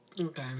Okay